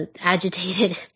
agitated